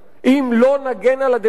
אם לא נגן על הדמוקרטיה,